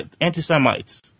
anti-Semites